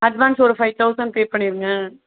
advance ஒரு five thousand pay பண்ணிடுங்க